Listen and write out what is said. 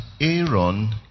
Aaron